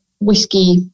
whiskey